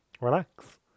relax